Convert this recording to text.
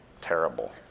terrible